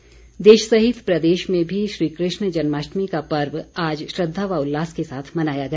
जन्माष्टमी देश सहित प्रदेश में भी श्रीकृष्ण जन्माष्टमी का पर्व आज श्रद्धा व उल्लास के साथ मनाया गया